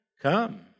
Come